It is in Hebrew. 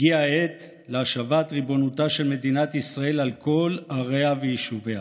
הגיעה העת להשבת ריבונותה של מדינת ישראל על כל עריה ויישוביה.